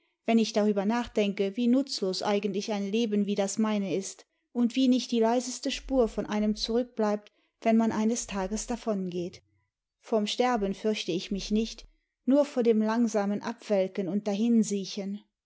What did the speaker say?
wenn ich darüber nachdenke wie nutzlos eigentlich ein leben wie das meine ist und wie nicht die leiseste spur von einem zurückbleibt wenn man eines tages davongeht vorm sterben fürchte ich mich nicht nur vor dem langsamen abwelken und